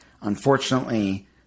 unfortunately